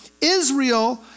Israel